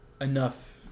enough